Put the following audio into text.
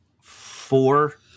four